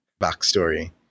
backstory